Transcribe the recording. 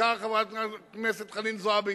צדקה חברת הכנסת חנין זועבי.